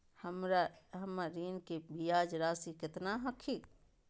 हमर ऋण के ब्याज रासी केतना हखिन?